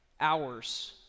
hours